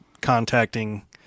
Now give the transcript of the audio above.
contacting